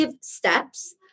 steps